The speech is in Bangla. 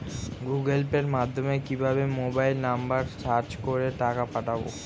গুগোল পের মাধ্যমে কিভাবে মোবাইল নাম্বার সার্চ করে টাকা পাঠাবো?